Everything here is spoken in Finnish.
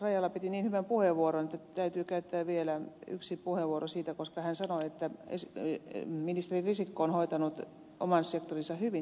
rajala piti niin hyvän puheenvuoron että täytyy käyttää vielä yksi puheenvuoro koska hän sanoi että ministeri risikko on hoitanut oman sektorinsa hyvin